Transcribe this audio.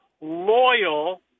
loyal